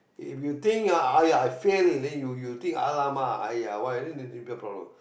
if you think !aiya! I fail then you you think !alamak! !aiya! why then it'll be a bigger problem